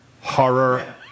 Horror